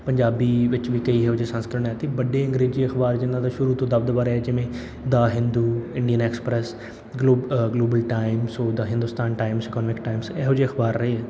ਪੰਜਾਬੀ ਵਿੱਚ ਵੀ ਕਈ ਇਹੋ ਜਿਹੇ ਸੰਸਕਰਣ ਹੈ ਅਤੇ ਵੱਡੇ ਅੰਗਰੇਜ਼ੀ ਅਖ਼ਬਾਰ ਜਿਨ੍ਹਾਂ ਦਾ ਸ਼ੁਰੂ ਤੋਂ ਦਬਦਬਾ ਰਿਹਾ ਜਿਵੇਂ the Hindu Indian express globe global time so the Hindustan times ਕੋਨਵਿਕ ਟਾਈਮਸ ਇਹੋ ਜਿਹੇ ਅਖ਼ਬਾਰ ਰਹੇ ਹੈ